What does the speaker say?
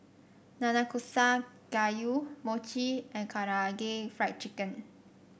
Nanakusa Gayu Mochi and Karaage Fried Chicken